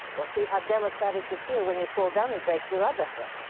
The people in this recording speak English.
well, see how democratic you feel when you fall down and break your other hip.